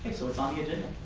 so it's on the agenda.